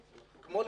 כמו,